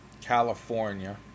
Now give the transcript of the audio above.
California